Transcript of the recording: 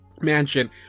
mansion